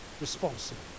responsible